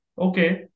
okay